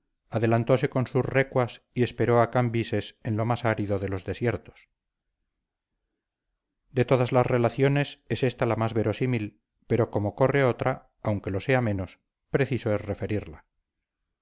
adelantóse con sus recuas y esperó a cambises en lo mas árido de los desiertos de todas las relaciones es esta la más verosímil pero como corre otra aunque lo sea menos preciso es referirla